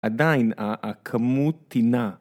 עדיין הכמות טינה